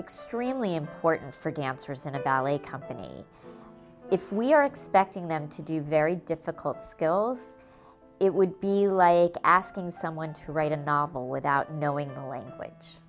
extremely important for ganser isn't a ballet company if we are expecting them to do very difficult skills it would be like asking someone to write a novel without knowing the